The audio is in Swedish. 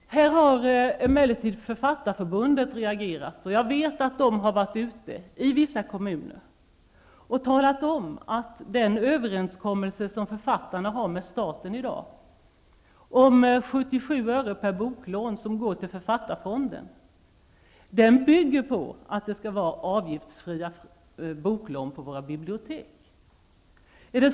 Här har emellertid Författarförbundet reagerat. Jag vet att man har varit ute i vissa kommuner och talat om den överenskommelse som författarna har med staten i dag. 77 öre per boklån går till författarfonden. Detta bygger på att det skall vara avgiftsfria boklån på våra bibliotek.